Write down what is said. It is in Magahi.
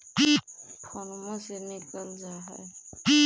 फोनवो से निकल जा है?